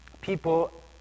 people